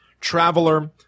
traveler